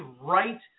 right